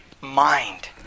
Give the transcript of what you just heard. mind